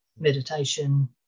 meditation